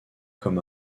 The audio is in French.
comme